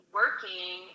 working